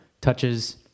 touches –